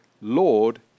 Lord